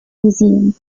museum